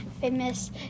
famous